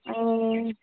ए